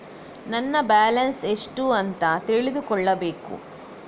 ನನ್ನ ಬ್ಯಾಲೆನ್ಸ್ ಎಷ್ಟು ಅಂತ ತಿಳಿದುಕೊಳ್ಳಬೇಕು?